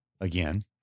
again